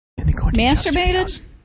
Masturbated